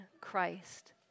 Christ